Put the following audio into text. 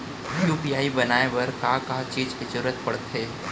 UPI बनाए बर का का चीज के जरवत पड़थे?